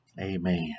Amen